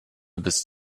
bist